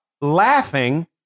laughing